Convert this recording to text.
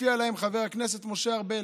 מופיע להם חבר הכנסת משה ארבל.